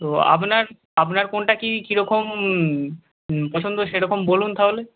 তো আপনার আপনার কোনটা কী কী রকম পছন্দ সেরকম বলুন তাহলে